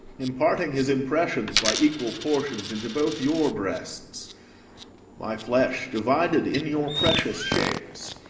imparting his impressions by equal portions into both your breasts my flesh, divided in your precious shapes,